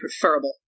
preferable